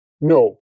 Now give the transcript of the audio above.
No